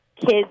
kids